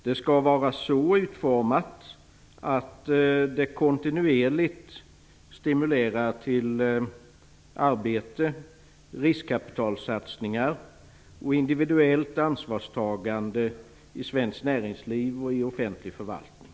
Det skall vara så utformat att det kontinuerligt stimulerar till arbete, riskkapitalsatsningar och individuellt ansvarstagande i svenskt näringsliv och i offentlig förvaltning.